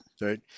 Right